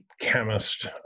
chemist